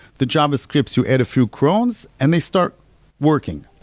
the javascripts you add a few crons and they start working